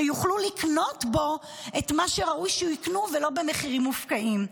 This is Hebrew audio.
שיוכלו לקנות בו את מה שראוי שיקנו ולא במחירים מופקעים.